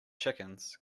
chickens